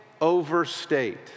overstate